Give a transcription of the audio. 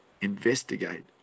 Investigate